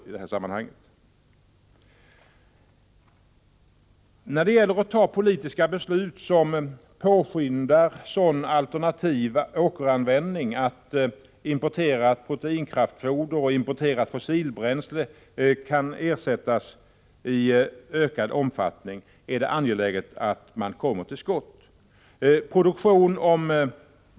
Det är angeläget att man kommer till skott när det gäller att ta politiska beslut som påskyndar sådan alternativ åkeranvändning att importerat proteinkraftfoder och importerat fossilbränsle kan ersättas i ökad omfattning.